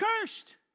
cursed